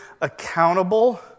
accountable